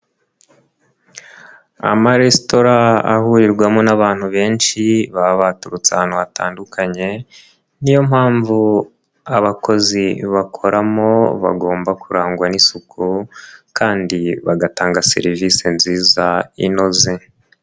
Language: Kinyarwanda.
Amaresitora ahurirwamo n'abantu benshi baba baturutse ahantu hatandukanye, ni yo mpamvu abakozi bakoramo bagomba kurangwa n'isuku kandi bagatanga serivise nziza inoze.